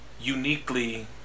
uniquely